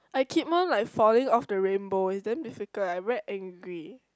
I keep on like falling off the rainbow is damn difficult I'm very angry